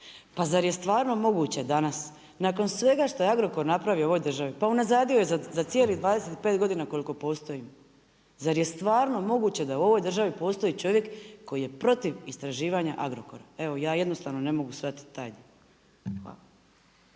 Pa zar je stvarno moguće danas, nakon svega šta je Agrokor napravio ovoj državi, pa unazadio ju je za cijelo 25 godina koliko postoji. Zar je stvarno moguće da u ovoj državi postoji čovjek koji je protiv istraživanja Agrokora. Evo ja jednostavno ne mogu shvatiti taj. Hvala.